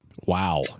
Wow